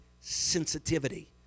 sensitivity